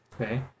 Okay